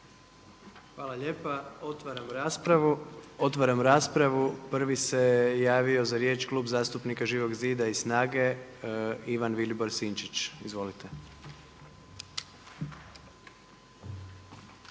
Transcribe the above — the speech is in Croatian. Hvala lijepa. Otvaram raspravu. Prvi se javo za riječ Klub zastupnika Živog zida i SNAGA-e Ivan Vilibor Sinčić. Izvolite.